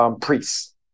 priests